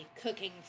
cooking